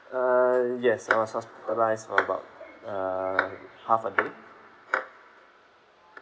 uh yes I was hospitalised for about uh half a day